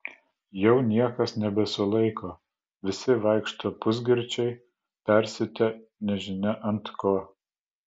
jau niekas nebesulaiko visi vaikšto pusgirčiai persiutę nežinia ant ko